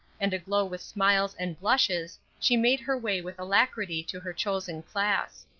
and aglow with smiles and blushes, she made her way with alacrity to her chosen class.